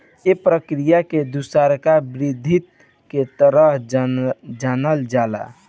ए प्रक्रिया के दुसरका वृद्धि के तरह जानल जाला